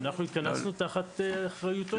התכנסנו תחת אחריותו של פרופ' יציב.